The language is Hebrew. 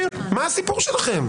מה הסיפור שלכם?